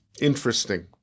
Interesting